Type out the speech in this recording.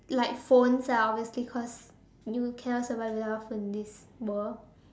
like phones ah obviously cause you cannot survive without a phone in this world